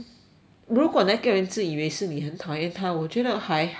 如果那个人自以为是你很讨厌他我觉得还好 leh